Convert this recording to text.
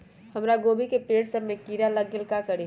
हमरा गोभी के पेड़ सब में किरा लग गेल का करी?